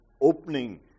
opening